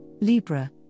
Libra